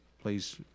Please